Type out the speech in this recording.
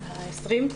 בכנסת ה-20.